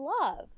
love